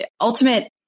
ultimate